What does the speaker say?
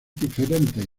diferentes